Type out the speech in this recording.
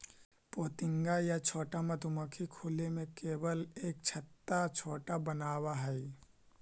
पोतिंगा या छोटा मधुमक्खी खुले में केवल एक छत्ता छोटा बनावऽ हइ